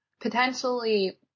potentially